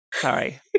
Sorry